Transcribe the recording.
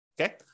Okay